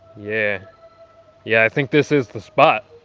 yeah yeah, i think this is the spot.